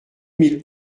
mille